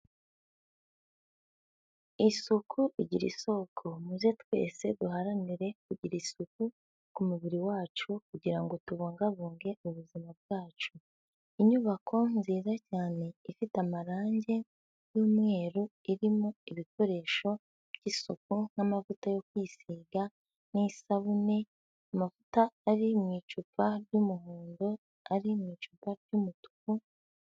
Isuku igira isoko. Muze twese duharanire kugira isuku ku mubiri wacu kugira ngo tubungabunge ubuzima bwacu. Inyubako nziza cyane ifite amarangi y'umweru, irimo ibikoresho by'isuku n'amavuta yo kwisiga n'isabune, amavuta ari mu icupa ry'umuhondo ari mu icupa ry'umutuku,..